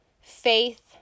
faith